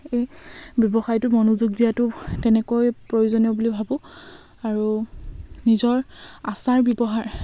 এই ব্যৱসায়টো মনোযোগ দিয়াতো তেনেকৈ প্ৰয়োজনীয় বুলি ভাবোঁ আৰু নিজৰ আচাৰ ব্যৱহাৰ